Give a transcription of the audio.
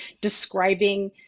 describing